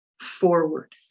forward